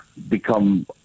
become